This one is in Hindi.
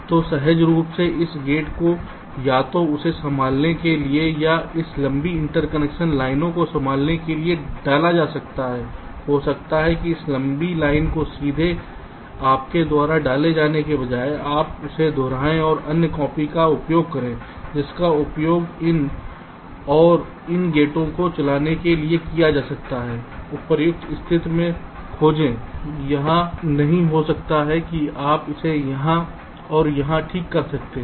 तो सहज रूप से इस गेट को या तो इसे संभालने के लिए या इस लंबी इंटरकनेक्शन लाइनों को संभालने के लिए डाला जा सकता है हो सकता है कि इस लंबी लाइन को सीधे आपके द्वारा डाले जाने के बजाय आप इसे दोहराएं और अन्य कॉपी का उपयोग करें जिसका उपयोग इन और इन गेटों को चलाने के लिए किया जा सकता है उपयुक्त स्थिति में खोजें यहाँ नहीं हो सकता है कि आप इसे यहाँ और यहाँ ठीक कर सकते हैं